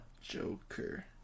joker